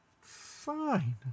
fine